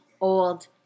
old